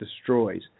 destroys